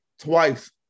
twice